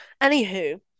Anywho